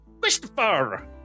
Christopher